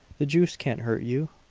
the juice can't hurt you!